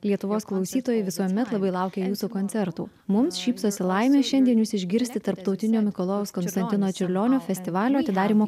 lietuvos klausytojai visuomet labai laukia jūsų koncertų mums šypsosi laimė šiandien jus išgirsti tarptautinio mikalojaus konstantino čiurlionio festivalio atidarymo